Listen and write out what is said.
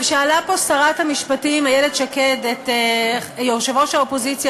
שאלה פה שרת המשפטים איילת שקד את יושב-ראש האופוזיציה